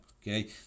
okay